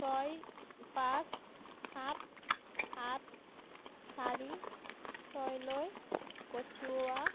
ছয় পাঁচ সাত সাত চাৰি ছয়লৈ পঠিওৱা